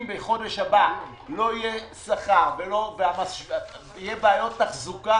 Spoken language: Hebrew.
בחודש הבא לא יהיה שכר ויהיו בעיות תחזוקה,